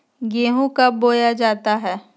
गेंहू कब बोया जाता हैं?